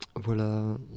Voilà